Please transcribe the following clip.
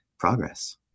Progress